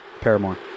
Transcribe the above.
paramore